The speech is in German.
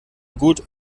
gut